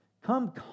Come